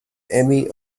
emmy